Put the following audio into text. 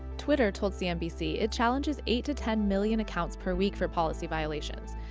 twitter told cnbc it challenges eight to ten million accounts per week for policy violations,